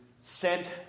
sent